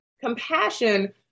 compassion